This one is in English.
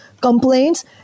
complaints